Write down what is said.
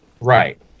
Right